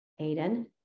Aiden